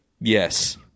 Yes